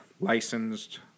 licensed